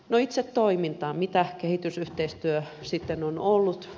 no itse toimintaan mitä kehitysyhteistyö sitten on ollut